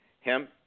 hemp